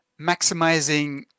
maximizing